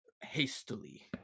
hastily